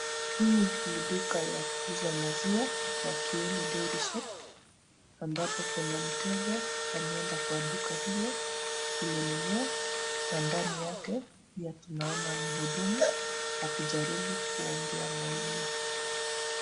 Hii ni duka ya kuuza maziwa ya Kieni Dairy Shop ambapo kuna mteja ameenda kwa duka hilo kununua na ndani yake pia tunaona mhudumu akijaribu kuongea na yeye.